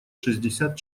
шестьдесят